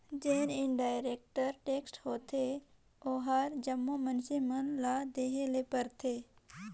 जेन indirect tax होथे ओहर जम्मो मइनसे मन ल देहे ले परथे